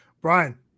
Brian